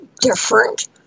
different